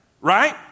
right